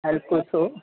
हल्को सो